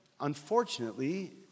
unfortunately